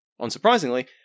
Unsurprisingly